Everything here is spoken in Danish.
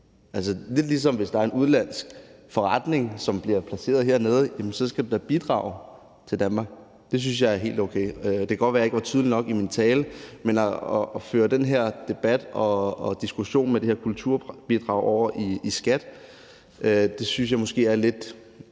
Det er lidt ligesom, at hvis der er en udenlandsk forretning, som bliver placeret her, skal den da bidrage til Danmark. Det synes jeg er helt okay. Det kan godt være, jeg ikke var tydelig nok i min tale, men at føre den her debat og diskussion om de her kulturbidrag over på skat synes jeg måske er lidt